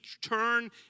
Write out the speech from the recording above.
turn